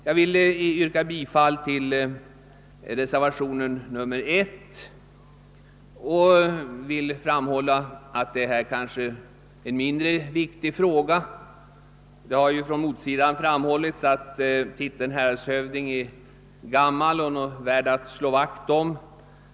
Jag yrkar bifall till reservationen 1. Frågan är kanske mindre viktig. Det har från motsidan framhållits, att titeln häradshövding är gammal och värd att slå vakt om.